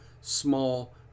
small